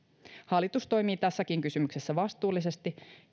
hallitus toimii tässäkin kysymyksessä vastuullisesti